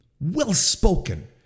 well-spoken